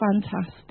fantastic